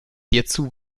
hierzu